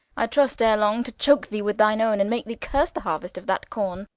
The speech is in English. i trust ere long to choake thee with thine owne, and make thee curse the haruest of that corne